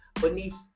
beneath